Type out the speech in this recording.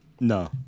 No